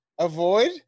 avoid